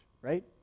right